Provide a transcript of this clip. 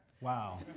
Wow